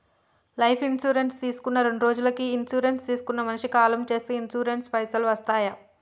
Life insurance తీసుకున్న రెండ్రోజులకి insurance తీసుకున్న మనిషి కాలం చేస్తే ఇన్సూరెన్స్ పైసల్ వస్తయా?